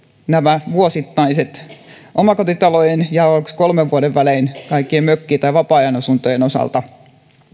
nämä vuosittain hoidettavat velvoitteet omakotitalojen osalta ja kolmen vuoden välein kaikkien mökkien tai vapaa ajanasuntojen osalta